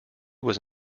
was